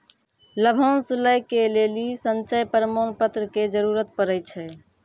लाभांश लै के लेली संचय प्रमाण पत्र के जरूरत पड़ै छै